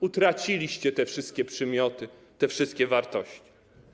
Utraciliście te wszystkie przymioty, te wszystkie wartości.